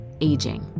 aging